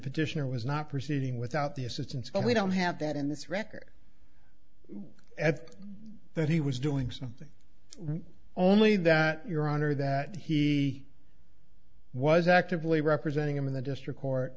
petitioner was not proceeding without the assistance but we don't have that in this record that he was doing something only that your honor that he was actively representing him in the district court